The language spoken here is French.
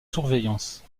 surveillance